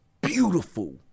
beautiful